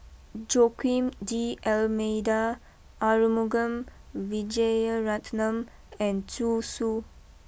Joaquim D Almeida Arumugam Vijiaratnam and Zhu Xu